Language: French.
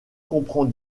comprend